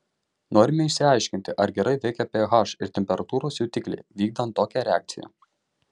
norime išsiaiškinti ar gerai veikia ph ir temperatūros jutikliai vykdant tokią reakciją